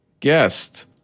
Guest